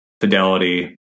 Fidelity